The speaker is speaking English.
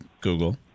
google